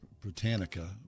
Britannica